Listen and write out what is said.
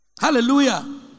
Hallelujah